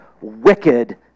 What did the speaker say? wicked